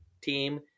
team